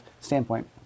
standpoint